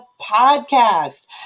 podcast